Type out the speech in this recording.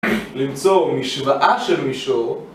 למצוא משוואה של מישור